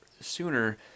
sooner